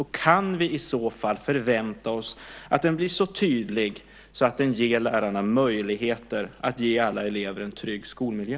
Och kan vi i så fall förvänta oss att den blir så tydlig så att den ger lärarna möjligheter att ge alla elever en trygg skolmiljö?